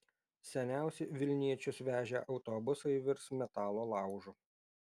seniausi vilniečius vežę autobusai virs metalo laužu